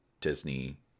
Disney